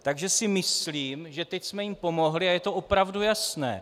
Takže si myslím, že teď jsme jim pomohli a je to opravdu jasné.